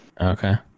Okay